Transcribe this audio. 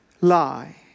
lie